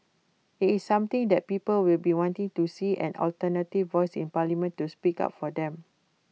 IT is something that people will be wanting to see an alternative voice in parliament to speak up for them